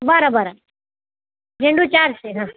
बरं बरं झेंडू चारशे